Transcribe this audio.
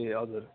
ए हजुर